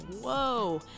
whoa